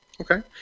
Okay